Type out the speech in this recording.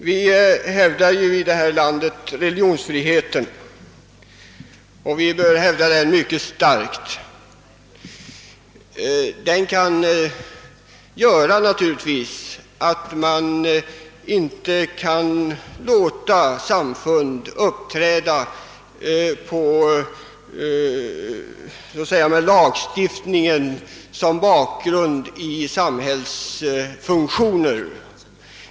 Vi hävdar ju i detta land religionsfriheten, och vi bör hävda den mycket starkt. Religionsfriheten kan naturligtvis göra att det inte går att låta samfund uppträda så att säga med lagstiftningen som bakgrund i samhällsfunktioner.